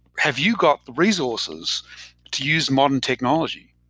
have you got the resources to use modern technology,